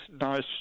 nice